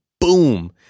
boom